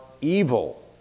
evil